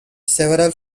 several